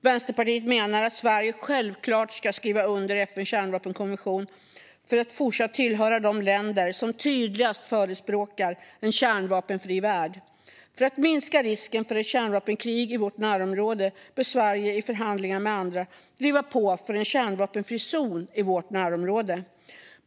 Vänsterpartiet menar att Sverige självklart ska skriva under FN:s kärnvapenkonvention för att fortsatt tillhöra de länder som tydligast förespråkar en kärnvapenfri värld. För att minska risken för ett kärnvapenkrig i vårt närområde bör Sverige i förhandlingar med andra driva på för en kärnvapenfri zon i vårt närområde.